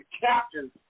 captain